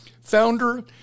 founder